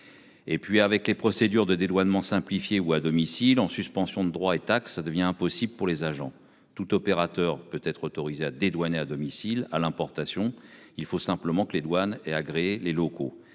Et puis avec les procédures de dédouanement simplifiée ou à domicile en suspension de droits et taxes ça devient impossible pour les agents tout opérateur peut être autorisé à dédouaner à domicile à l'importation, il faut simplement que les douanes et agréé les locaux